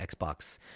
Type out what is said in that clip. Xbox